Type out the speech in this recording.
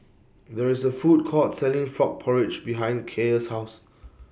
There IS A Food Court Selling Frog Porridge behind Kaia's House